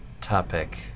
topic